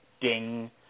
ding